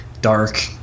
dark